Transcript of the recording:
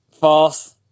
False